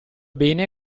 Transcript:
bene